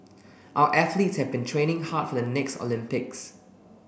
our athlete have been training hard for the next Olympics